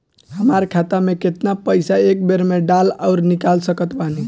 हमार खाता मे केतना पईसा एक बेर मे डाल आऊर निकाल सकत बानी?